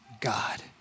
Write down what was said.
God